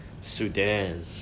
Sudan